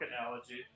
analogy